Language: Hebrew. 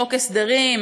חוק הסדרים,